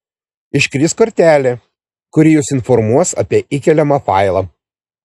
iškris kortelė kuri jus informuos apie įkeliamą failą